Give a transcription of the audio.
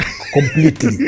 completely